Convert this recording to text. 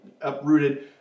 uprooted